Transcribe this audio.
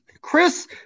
Chris –